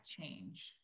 change